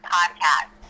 Podcast